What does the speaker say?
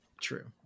true